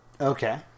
Okay